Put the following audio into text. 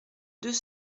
deux